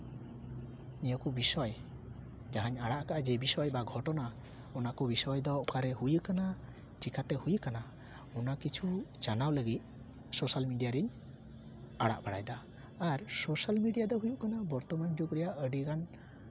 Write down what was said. ᱱᱤᱭᱟᱹ ᱠᱚ ᱵᱤᱥᱚᱭ ᱡᱟᱦᱟᱧ ᱟᱲᱟᱜ ᱠᱟᱫ ᱡᱮ ᱵᱤᱥᱚᱭ ᱵᱟ ᱜᱷᱚᱴᱚᱱᱟ ᱚᱱᱟ ᱠᱚ ᱵᱤᱥᱚᱭ ᱫᱚ ᱚᱠᱟ ᱨᱮ ᱦᱩᱭᱟᱠᱟᱱᱟ ᱪᱮᱠᱟᱛᱮ ᱦᱩᱭᱟᱠᱟᱱᱟ ᱚᱱᱟ ᱠᱤᱪᱷᱩ ᱡᱟᱱᱟᱣ ᱞᱟᱹᱜᱤᱫ ᱥᱳᱥᱟᱞ ᱢᱤᱰᱤᱭᱟ ᱨᱤᱧ ᱟᱲᱟᱜ ᱵᱟᱲᱟᱭ ᱫᱟ ᱟᱨ ᱥᱳᱥᱟᱞ ᱢᱤᱰᱤᱭᱟ ᱫᱚ ᱦᱩᱭᱩᱜ ᱠᱟᱱᱟ ᱵᱚᱨᱛᱚᱢᱟᱱ ᱡᱩᱜᱽ ᱨᱮᱭᱟᱜ ᱟᱹᱰᱤᱜᱟᱱ